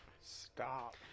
Stop